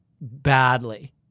badly